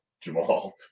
Jamal